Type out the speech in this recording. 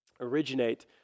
originate